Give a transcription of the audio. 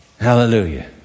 Hallelujah